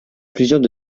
plusieurs